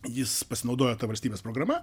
jis pasinaudojo ta valstybės programa